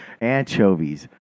anchovies